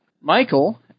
Michael